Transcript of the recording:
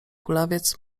kulawiec